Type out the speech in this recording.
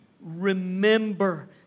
remember